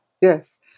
Yes